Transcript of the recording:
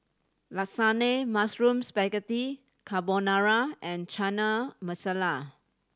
Lasagne Mushroom Spaghetti Carbonara and Chana Masala